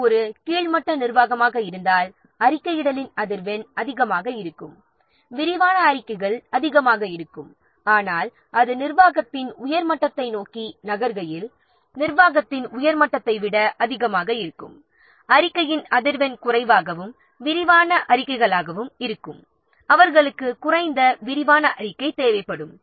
இது ஒரு கீழ் மட்ட நிர்வாகமாக இருந்தால் அறிக்கையிடலின் அதிர்வெண் அதிகமாக இருக்கும் விரிவான அறிக்கைகள் அதிகமாக இருக்கும் ஆனால் அது நிர்வாகத்தின் உயர் மட்டத்தை நோக்கி நகர்கையில் நிர்வாகத்தின் உயர் மட்டத்தை விட அதிகமாக இருக்கும் அறிக்கையின் அதிர்வெண் குறைவாகவும் விரிவான அறிக்கைகளாகவும் இருக்கும் அவர்களுக்கு குறைந்த விரிவான அறிக்கை தேவைப்படும்